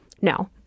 No